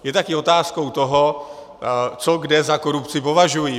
Je také otázkou toho, co kde za korupci považují.